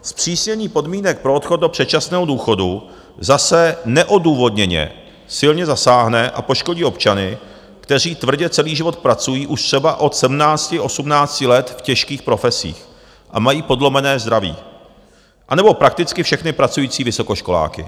Zpřísnění podmínek pro odchod do předčasného důchodu zase neodůvodněně silně zasáhne a poškodí občany, kteří tvrdě celý život pracují, už třeba od sedmnácti, osmnácti let, v těžkých profesích a mají podlomené zdraví, anebo prakticky všechny pracující vysokoškoláky.